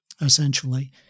essentially